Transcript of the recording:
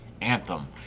Anthem